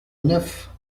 neuf